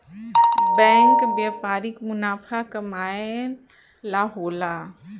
bank व्यापारिक मुनाफा कमाए ला होला